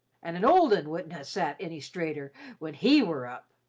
and and old un wouldn't ha' sat any straighter when he were up.